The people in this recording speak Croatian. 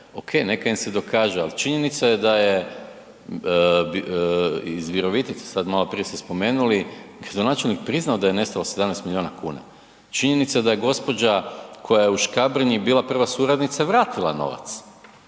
ok, neka im se dokaže ali činjenica je da je iz Virovitice, sad malo prije ste spomenuli, gradonačelnik priznao da je nestalo 17 milijuna kuna. Činjenica se da je gospođa koja je u Škabrnji bila prva suradnica vratila novac,